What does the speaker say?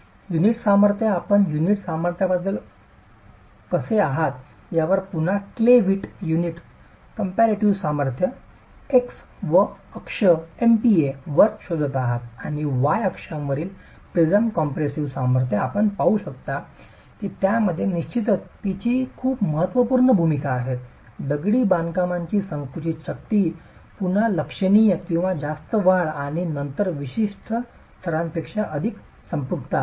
unit सामर्थ्य आपण unit सामर्थ्याबद्दल कसे आहात यावर पुन्हा क्ले वीट युनिट कॉम्पॅरिटी सामर्थ्य x वर अक्ष एमपीए वर शोधत आहात आणि y अक्षांवरील प्रिझम कॉम्प्रेसिव्ह सामर्थ्य आपण पाहू शकता की त्यामध्ये निश्चितच तिची खूप महत्त्वपूर्ण भूमिका आहे दगडी बांधकामाची संकुचित शक्ती पुन्हा लक्षणीय किंवा जास्त वाढ आणि नंतर विशिष्ट स्तरापेक्षा अधिक संपृक्तता आहे